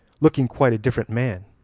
looking quite a different man.